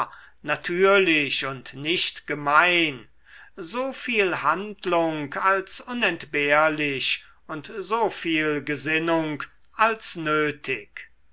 natürlich und nicht gemein soviel handlung als unentbehrlich und soviel gesinnung als nötig